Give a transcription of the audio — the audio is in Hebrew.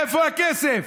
איפה הכסף?